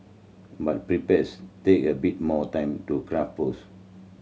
but prepares take a bit more time to craft posts